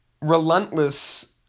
relentless